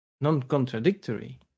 Non-contradictory